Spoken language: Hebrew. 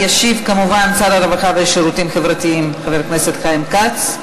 ישיב כמובן שר הרווחה והשירותים החברתיים חבר הכנסת חיים כץ.